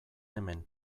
hemen